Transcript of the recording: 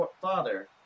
father